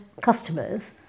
customers